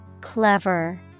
Clever